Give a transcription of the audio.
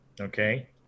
Okay